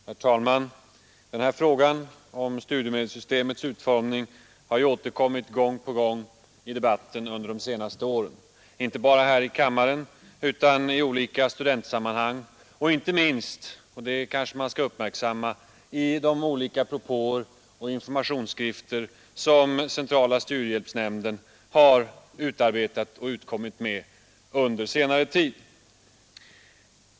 Herr talman! Frågan om studiemedelssystemets utformning har återkommit gång på gång i debatten under de senaste åren, inte bara här i kammaren utan i olika studentsammanhang, inte minst — och det kanske man bör uppmärksamma i de olika propåer och informationsskrifter som centrala studiehjälpsnämnden har utarbetat och utkommit med under senare tid.